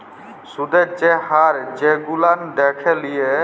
সুদের যে হার সেগুলান দ্যাখে লিয়া